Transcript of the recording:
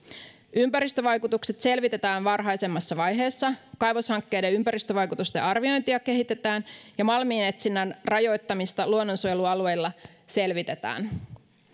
ympäristövaikutukset selvitetään varhaisemmassa vaiheessa kaivoshankkeiden ympäristövaikutusten arviointia kehitetään ja malminetsinnän rajoittamista luonnonsuojelualueilla selvitetään